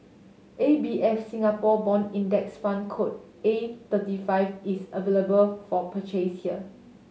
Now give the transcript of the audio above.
A B F Singapore Bond Index Fund code A thirty five is available for purchase here